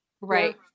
Right